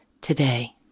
today